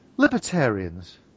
Libertarians